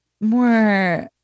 more